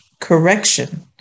correction